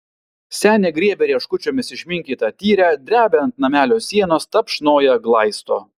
senė griebia rieškučiomis išminkytą tyrę drebia ant namelio sienos tapšnoja glaisto